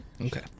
Okay